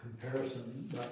comparison